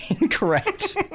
Incorrect